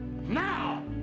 now